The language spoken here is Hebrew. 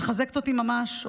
את מחזקת אותי ממש.